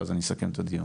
ואז אני אסכם את הדיון.